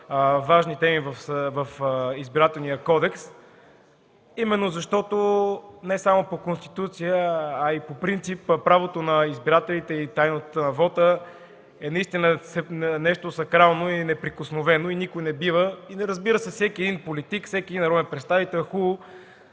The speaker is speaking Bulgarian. важни теми в Изборния кодекс, именно защото не само по Конституция, а и по принцип правото на избирателите и тайната на вота е нещо сакрално и неприкосновено и никой не бива... Разбира се, хубаво е всеки един политик, всеки народен представител да